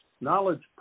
Knowledge